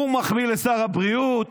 הוא מחמיא לשר הבריאות.